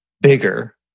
bigger